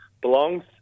belongs